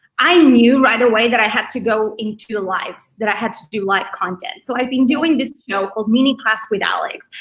i knew right away that i had to go into the lives, that i had to do live content. so i've been doing this show called mini class with alex.